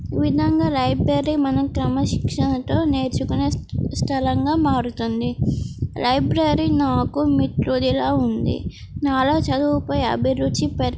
ఈ విధంగా లైబ్రరీ మన క్రమశిక్షణతో నేర్చుకునే స్థలంగా మారుతుంది లైబ్రరీ నాకు మిత్రుడిలాగ ఉంది నాలో చదువుపై అభిరుచి పె